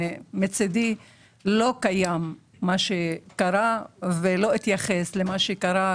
מצדי, לא קיים מה שקרה, ולא אתייחס למה שקרה.